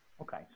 Okay